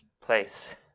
place